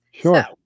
Sure